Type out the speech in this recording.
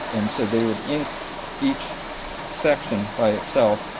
and so they would ink each section by itself.